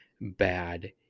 bad